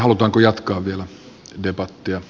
halutaanko jatkaa vielä debattia